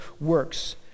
works